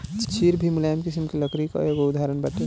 चीड़ भी मुलायम किसिम के लकड़ी कअ एगो उदाहरण बाटे